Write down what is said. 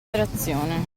trazione